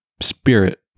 spirit